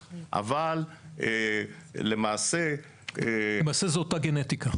כן יכולנו גם למצוא חריגים לעניין הזה של דרישת ההסכמה בכתב.